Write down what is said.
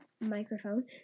microphone